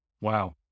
wow